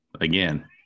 again